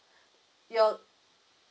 your